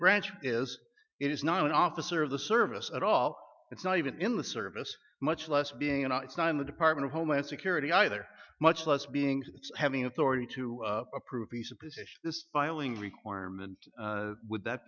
branch is it is not an officer of the service at all it's not even in the service much less being and it's not in the department of homeland security either much less beings having authority to approve peace a position this filing requirement would that